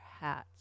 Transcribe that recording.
hats